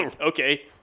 okay